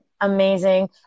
Amazing